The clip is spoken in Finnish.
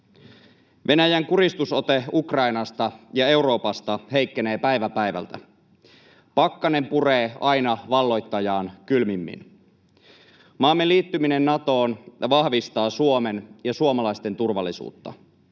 Venäjän kuristusote Ukrainasta ja Euroopasta heikkenee päivä päivältä. Pakkanen puree aina kylmimmin valloittajaan. Maamme liittyminen Natoon vahvistaa Suomen ja suomalaisten turvallisuutta.